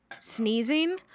Sneezing